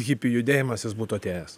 hipių judėjimas jis būtų atėjęs